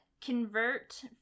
convert